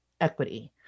equity